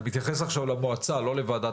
אני מתייחס עכשיו למועצה ולא לוועדת